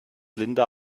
linda